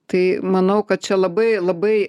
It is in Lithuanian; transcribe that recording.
tai manau kad čia labai labai